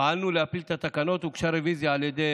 פעלנו להפיל את התקנות, והוגשה רוויזיה על ידי